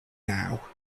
now